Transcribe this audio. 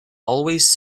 always